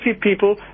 people